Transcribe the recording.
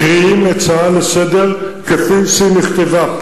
מקריאים הצעה לסדר-היום כפי שהיא נכתבה.